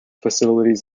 facilities